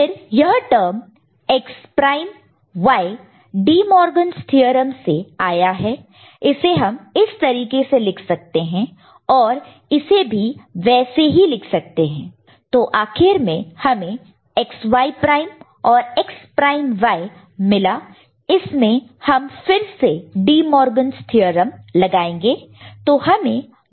फिर यह term X prime Y De Morgan's theorem DeMorgans theorem से आया है इसे हम इस तरीके से लिख सकते हैं और इसे भी वैसे ही लिख सकते हैं तो आखिर में हमें X Y प्राइम और X प्राइम Y मिला इसमें हम फिर से डीमोरगनस थ्योरम DeMorgans theorem लगाएंगे